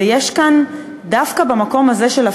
וכאן, דווקא במקום הזה, של הפגנות,